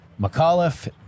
McAuliffe